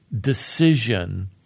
decision